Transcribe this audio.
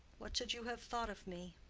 what should you have thought of me?